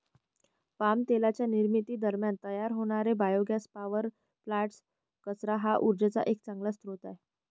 palm तेलाच्या निर्मिती दरम्यान तयार होणारे बायोगॅस पॉवर प्लांट्स, कचरा हा उर्जेचा एक चांगला स्रोत आहे